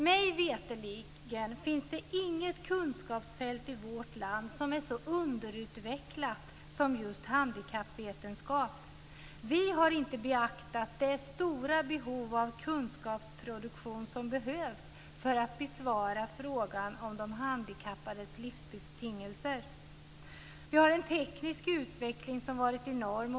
Mig veterligen finns det inget kunskapsfält i vårt land som är så underutvecklat som just handikappvetenskap. Vi har inte beaktat det stora behov av kunskapsproduktion som behövs för att besvara frågan om de handikappades livsbetingelser. Vi har en teknisk utveckling som har varit enorm.